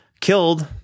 killed